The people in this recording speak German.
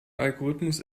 algorithmus